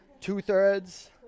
Two-thirds